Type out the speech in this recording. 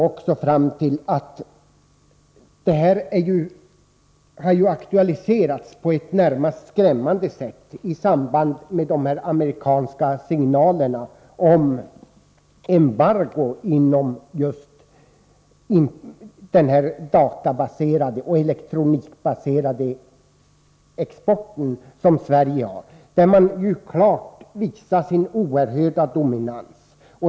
Vårt utlandsberoende har aktualiserats på ett närmast skrämmande sätt i samband med de amerikanska signalerna om embargo vad beträffar den export från Sverige som är dataoch elektronikbaserad. USA visar på det sättet sin oerhörda dominans.